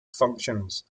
functions